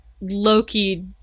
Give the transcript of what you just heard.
loki